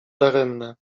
daremne